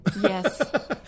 Yes